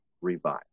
revive